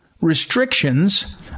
restrictions